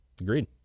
Agreed